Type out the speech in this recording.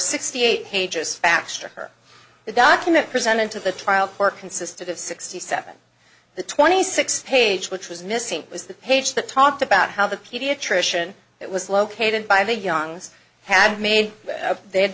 sixty eight pages actually her the document presented to the trial court consisted of sixty seven the twenty six page which was missing was the page that talked about how the pediatrician that was located by the young had made they had